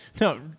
no